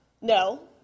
No